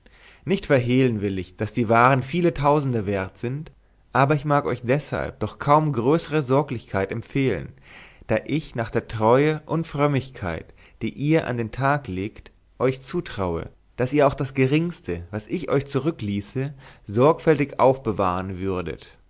nicht verhehlen will ich daß die waren viele tausende wert sind aber ich mag euch deshalb doch kaum größere sorglichkeit empfehlen da ich nach der treue und frömmigkeit die ihr an den tag legt euch zutraue daß ihr auch das geringste was ich euch zurückließe sorgfältig aufbewahren würdet